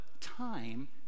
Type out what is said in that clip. time